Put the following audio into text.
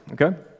okay